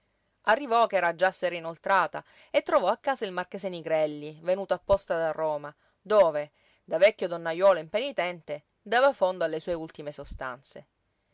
campieri arrivò ch'era già sera inoltrata e trovò a casa il marchese nigrelli venuto apposta da roma dove da vecchio donnajuolo impenitente dava fondo alle sue ultime sostanze